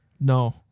No